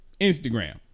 Instagram